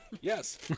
Yes